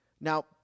Now